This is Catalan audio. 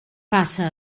passa